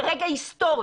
זה רגע היסטורי.